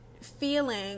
feeling